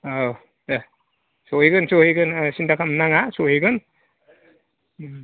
औ दे सहैगोन सहैगोन सिन्था खालाम नाङा सहैगोन